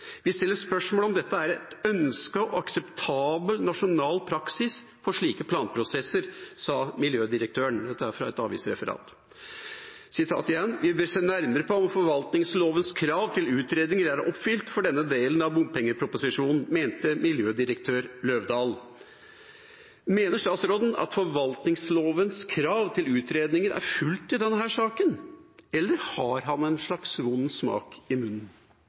Vi stiller spørsmål om dette er en ønska og akseptabel nasjonal praksis for slike planprosesser.» Dette sa miljødirektøren, og dette er fra et avisreferat. «Vi bør se nærmere på om forvaltningslovens krav til utredninger er oppfylt for denne delen av bompengeproposisjonen», mente miljødirektør Løvdal. Mener statsråden at forvaltningslovens krav til utredninger er fulgt i denne saken, eller har han en slags vond smak i munnen?